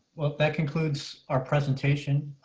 well that concludes our presentation.